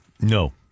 No